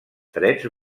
drets